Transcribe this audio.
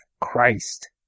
Christ